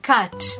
Cut